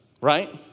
right